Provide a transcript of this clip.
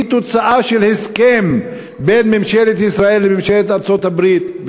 שהיא תוצאה של הסכם בין ממשלת ישראל לממשלת ארצות-הברית,